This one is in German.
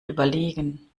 überlegen